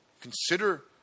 consider